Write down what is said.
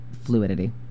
fluidity